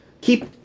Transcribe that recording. keep